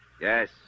Yes